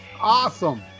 awesome